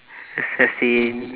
assassin